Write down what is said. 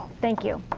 thank you.